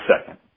second